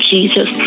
Jesus